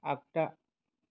आगदा